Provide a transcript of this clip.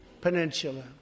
Peninsula